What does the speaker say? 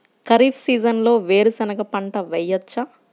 ఖరీఫ్ సీజన్లో వేరు శెనగ పంట వేయచ్చా?